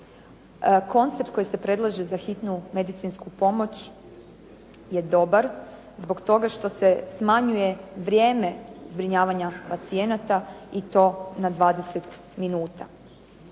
Koncept koji se predlaže za hitnu medicinsku pomoć je dobar, zbog toga što se smanjuje vrijeme zbrinjavanja pacijenata i to na 20 minuta.